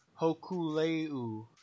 hokuleu